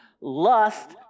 Lust